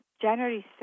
January